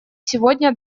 сегодня